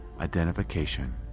identification